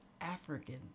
African